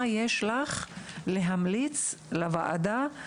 מה ההמלצות שלך לוועדה לגבי הילדים האלו,